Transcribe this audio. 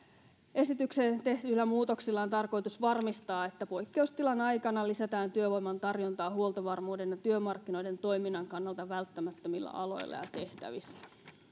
esitykseen tehdyillä muutoksilla on tarkoitus varmistaa että poikkeustilan aikana lisätään työvoiman tarjontaa huoltovarmuuden ja työmarkkinoiden toiminnan kannalta välttämättömillä aloilla ja tehtävissä